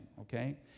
Okay